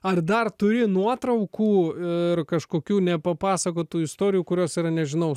ar dar turi nuotraukų ir kažkokių nepapasakotų istorijų kurios yra nežinau